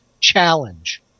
challenge